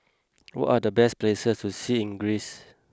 what are the best places to see in Greece